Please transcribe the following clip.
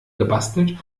gebastelt